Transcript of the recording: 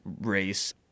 race